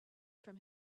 from